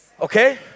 Okay